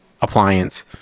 appliance